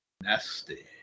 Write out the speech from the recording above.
nasty